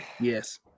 Yes